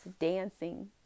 dancing